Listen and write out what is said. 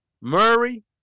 Murray